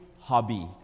hobby